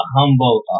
humble